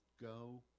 go